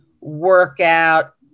workout